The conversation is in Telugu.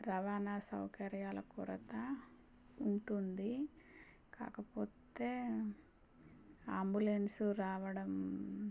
రవాణా సౌకర్యాల కొరత ఉంటుంది కాకపోతే ఆంబులెన్సు రావడం